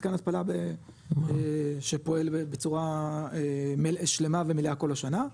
מתקן התפלה שפועל בצורה שלמה ומלאה כל השנה,